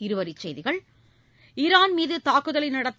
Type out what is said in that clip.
இருவரி செய்திகள் ஈரான் மீது தாக்குதலை நடத்த